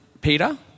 Peter